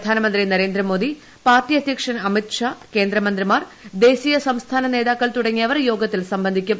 പ്രധാനമന്ത്രി നരേന്ദ്രമോദി പാർട്ടി അധ്യക്ഷൻ അമിത്ഷാ കേന്ദ്രമന്ത്രിമാർ ദേശീയ സിസ്റ്റ്യൊന നേതാക്കൾ തുടങ്ങിയവർ യോഗത്തിൽ സംബൃസ്ഥിക്കും